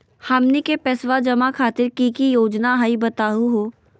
हमनी के पैसवा जमा खातीर की की योजना हई बतहु हो?